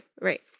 right